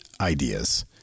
ideas